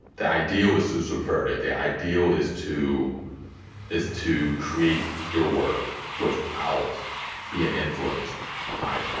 the ideal is to subvert it. the ideal is to is to create your work without being influenced by it.